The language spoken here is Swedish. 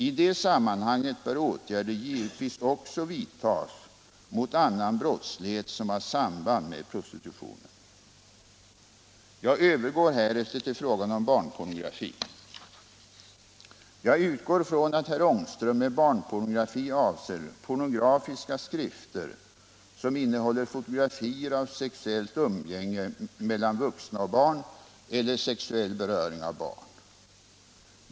I det sammanhanget bör åtgärder givetvis också vidtas mot annan brottslighet som har samband med prostitutionen. Jag övergår härefter till frågan om barnpornografi. Jag utgår från att herr Ångström med barnpornografi avser pornografiska skrifter som innehåller fotografier av sexuellt umgänge mellan vuxna och barn eller sexuell beröring av barn.